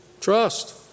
Trust